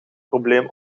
probleem